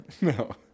No